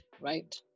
right